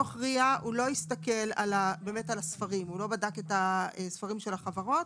דוח RIA לא הסתכל על הספרים של החברות,